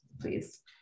please